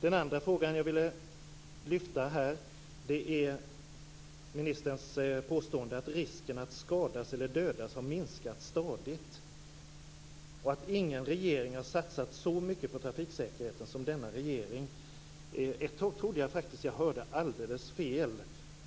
Den andra frågan, som jag ville lyfta fram här, gäller ministerns påstående om att risken att skadas eller dödas stadigt har minskat och att ingen regering har satsat så mycket på trafiksäkerheten som denna regering. Ett tag trodde jag faktiskt att jag hörde alldeles fel.